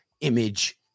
image